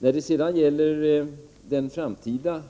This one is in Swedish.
När det sedan gäller den framtida